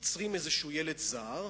עוצרים איזשהו ילד זר,